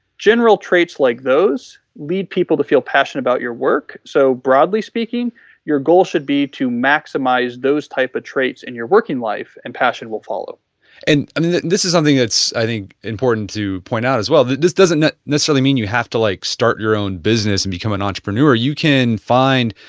general traits like those lead people to feel passion about your work. so broadly speaking your goal should be to maximize those types of traits in and your working life and passion will follow and i mean this is something that's, i think important to point out as well, that this doesn't necessarily mean you have to like start your own business and become an entrepreneur. you can find,